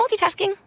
multitasking